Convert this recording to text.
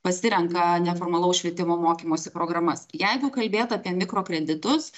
pasirenka neformalaus švietimo mokymosi programas jeigu kalbėt apie mikro kreditus